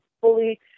fully